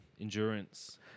endurance